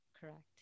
Correct